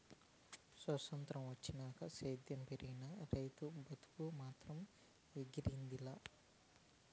సొత్రంతం వచ్చినాక సేద్యం పెరిగినా, రైతనీ బతుకు మాత్రం ఎదిగింది లా